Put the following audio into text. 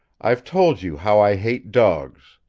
i've told you how i hate dogs.